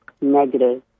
negative